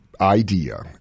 idea